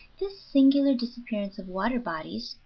this singular disappearance of water bodies,